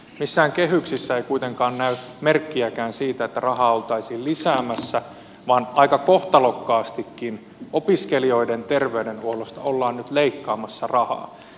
missään kehyksissä ei kuitenkaan näy merkkiäkään siitä että rahaa oltaisiin lisäämässä vaan aika kohtalokkaastikin opiskelijoiden terveydenhuollosta ollaan nyt leikkaamassa rahaa